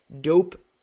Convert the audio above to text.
dope